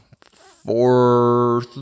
four